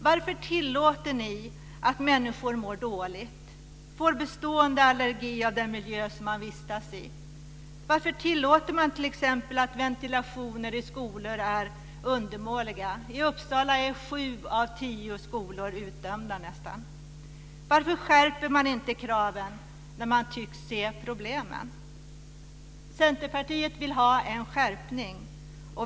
Varför tillåter ni att människor mår dåligt, får bestående allergier av den miljö som de vistas i? Varför tillåter ni att t.ex. ventilationen i skolor är undermålig? I Uppsala är nästan sju av tio skolor utdömda. Varför skärper ni inte kraven när ni tycks se problemen? Centerpartiet vill ha en skärpning.